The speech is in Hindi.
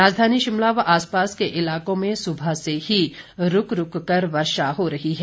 राजघानी शिमला व आसपास के इलाकों में सुबह से ही रूक रूक कर वर्षा हो रही है